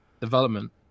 development